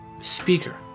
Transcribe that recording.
speaker